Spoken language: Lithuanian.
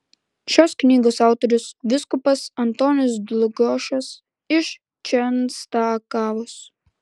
šios knygos autorius vyskupas antonis dlugošas iš čenstakavos